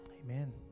Amen